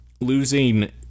losing